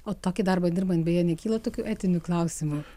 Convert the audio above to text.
o tokį darbą dirbant beje nekyla tokių etinių klausimų